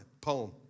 poem